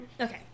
Okay